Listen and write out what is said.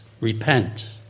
repent